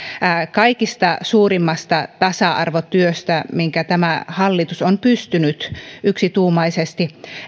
kaikista suurimmasta tasa arvotyöstä minkä tämä hallitus on pystynyt yksituumaisesti